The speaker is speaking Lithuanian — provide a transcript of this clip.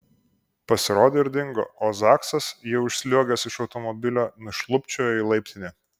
pasirodė ir dingo o zaksas jau išsliuogęs iš automobilio nušlubčiojo į laiptinę